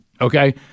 Okay